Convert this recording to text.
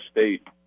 State